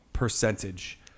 Percentage